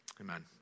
amen